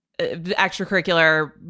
extracurricular